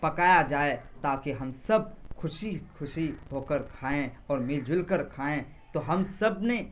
پکایا جائے تاکہ ہم سب خوشی خوشی ہو کر کھائیں اور مل جل کر کھائیں تو ہم سب نے